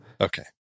Okay